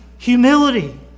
Humility